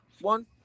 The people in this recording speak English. one